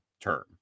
term